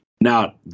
Now